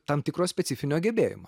tam tikro specifinio gebėjimo